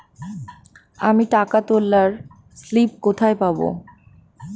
আমি টাকা তোলার স্লিপ কোথায় পাবো?